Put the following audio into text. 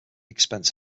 expense